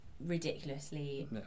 ridiculously